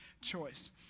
choice